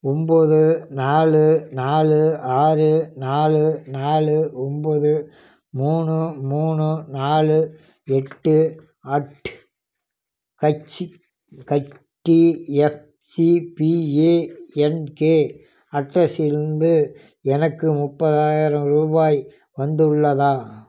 ஒம்போது நாலு நாலு ஆறு நாலு நாலு ஒம்போது மூணு மூணு நாலு எட்டு at H H F C bank அட்ரெஸிலிருந்து எனக்கு முப்பதாயிரம் ரூபாய் வந்து உள்ளதா